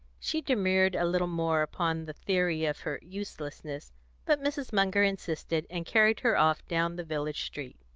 she demurred a little more upon the theory of her uselessness but mrs. munger insisted, and carried her off down the village street.